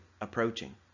approaching